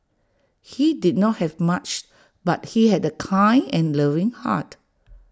he did not have much but he had A kind and loving heart